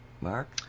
Mark